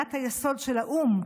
באמנת היסוד של האו"ם,